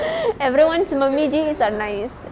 everyone's mummy jis are nice